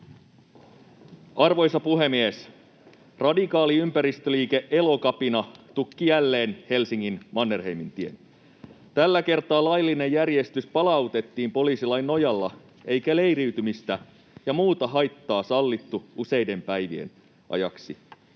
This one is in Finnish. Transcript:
Arvoisa puhemies! Radikaali ympäristöliike Elokapina tukki jälleen Helsingin Mannerheimintien. Tällä kertaa laillinen järjestys palautettiin poliisilain nojalla eikä leiriytymistä ja muuta haittaa sallittu useiden päivien ajaksi.